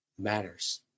matters